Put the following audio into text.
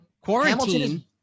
quarantine